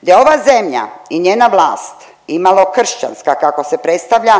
gdje ova zemlja i njena vlast i malo kršćanska kako se predstavlja